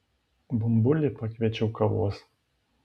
bumbulį pakviečiau kavos